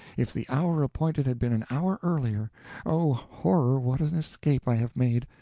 if the hour appointed had been an hour earlier oh, horror, what an escape i have made!